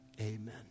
Amen